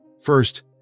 First